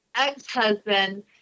ex-husband